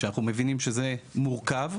שאנחנו מבינים שזה מורכב,